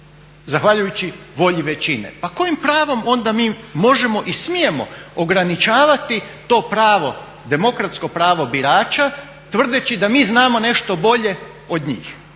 zahvaljujući volji većine. Pa kojim pravom onda mi možemo i smijemo ograničavati to pravo, demokratsko prava birača tvrdeći da mi znamo nešto bolje od njih.